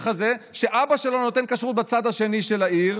הזה שאבא שלו נותן כשרות בצד השני של העיר?